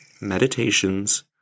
Meditations